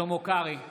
שלמה קרעי,